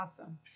awesome